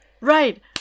right